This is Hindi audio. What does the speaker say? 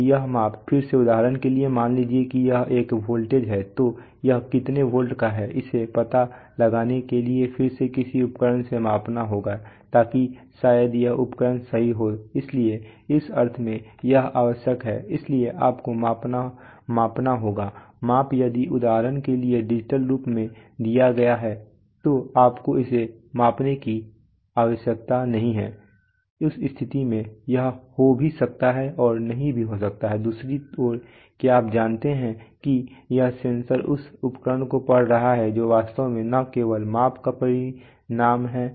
अब यह माप फिर से उदाहरण के लिए मान लीजिए कि यह एक वोल्टेज है तो यह कितने वोल्ट का है इसे पता लगाने के लिए फिर से किसी उपकरण से मापना होगा ताकि शायद यह उपकरण सही हो इसलिए इस अर्थ में यह आवश्यक है इसलिए आपको मापना होगा माप यदि उदाहरण के लिए डिजिटल रूप में दिया गया है तो आपको इसे मापने की आवश्यकता नहीं है उस स्थिति में यह हो भी सकता है और नहीं भी हो सकता है दूसरी ओर क्या आप जानते हैं कि यह सेंसर इस उपकरण को पढ़ रहा है जो वास्तव में न केवल माप का परिणाम है